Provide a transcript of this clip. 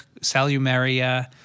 Salumeria